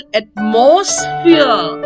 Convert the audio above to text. atmosphere